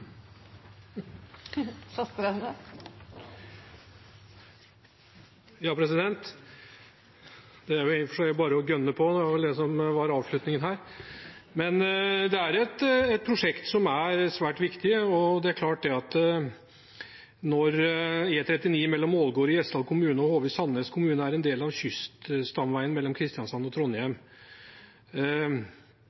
var avslutningen her. Dette er et prosjekt som er svært viktig, det er klart, når E39 mellom Ålgård i Gjesdal kommune og Hove i Sandnes kommune er en del av kyststamveien mellom Kristiansand og Trondheim.